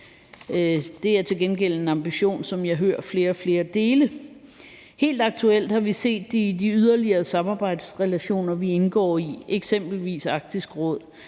Det er til gengæld en ambition, som jeg hører flere og flere dele. Helt aktuelt har vi set det i de yderligere samarbejdsrelationer, vi indgår i, eksempelvis Arktisk Råd.